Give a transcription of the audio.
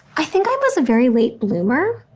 i think i was a very late bloomer.